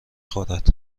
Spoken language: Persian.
خورد